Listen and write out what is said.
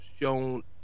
shown